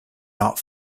not